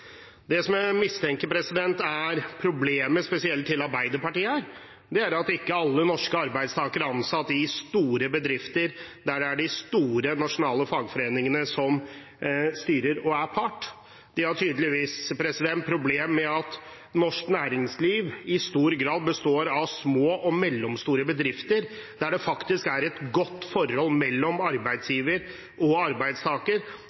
Det jeg mistenker er problemet, spesielt for Arbeiderpartiet, er at ikke alle norske arbeidstakere er ansatt i store bedrifter, der det er de store nasjonale fagforeningene som styrer og er part. De har tydeligvis problemer med at norsk næringsliv i stor grad består av små og mellomstore bedrifter, der det faktisk er et godt forhold mellom arbeidsgiver og arbeidstaker,